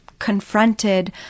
confronted